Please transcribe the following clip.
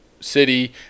city